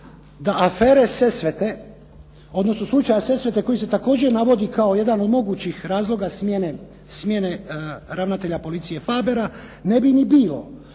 da afere Sesvete odnosno slučaja Sesveta, koji se također navodi kao jedan od mogućih razloga smjene ravnatelja policije Fabera, ne bi ni bilo